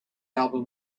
album